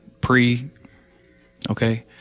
pre-okay